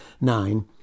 nine